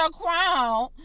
crown